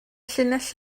llinell